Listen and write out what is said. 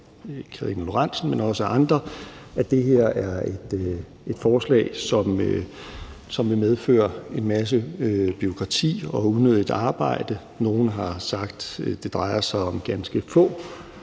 men også af andre, at det her er et forslag, som vil medføre en masse bureaukrati og unødigt arbejde – nogle har sagt, at det drejer sig om ganske få